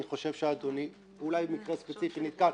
חושב שאדוני אולי במקרה ספציפי נתקל,